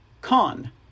con